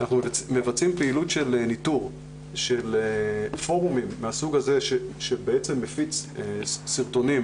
אנחנו מבצעים פעילות של ניטור של פורומים מהסוג הזה שבעצם מפיץ סרטונים,